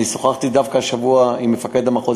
שוחחתי דווקא השבוע עם מפקד המחוז.